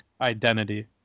identity